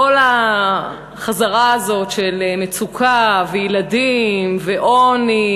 כל החזרה הזאת, של מצוקה, וילדים, ועוני,